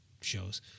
shows